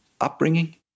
upbringing